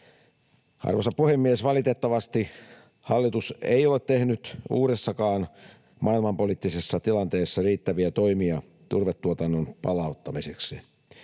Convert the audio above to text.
Arvoisa puhemies! Valitettavasti hallitus ei ole tehnyt uudessakaan maailmanpoliittisessa tilanteessa riittäviä toimia turvetuotannon palauttamiseksi.